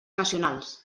nacionals